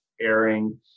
airing